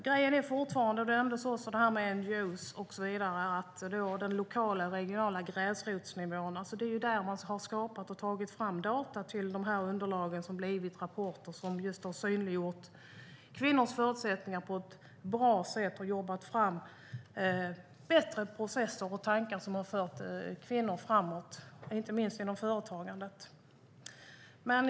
Grejen är att det är NGO:er och på de lokala och regionala gräsrotsnivåerna som man har tagit fram dataunderlagen vilka har blivit rapporter som har synliggjort kvinnors förutsättningar på ett bra sätt. Man har jobbat fram bättre processer och tankar som har fört kvinnor framåt, inte minst inom företagandet.